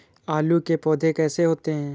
आलू के पौधे कैसे होते हैं?